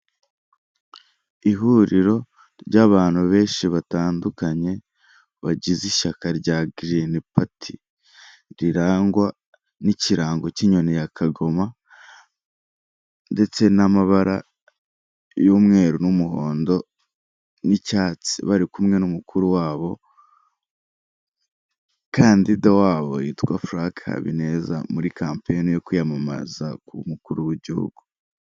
Abagore benshi n'abagabo benshi bicaye ku ntebe bari mu nama batumbiriye imbere yabo bafite amazi yo kunywa ndetse n'ibindi bintu byo kunywa imbere yabo hari amamashini ndetse hari n'indangururamajwi zibafasha kumvikana.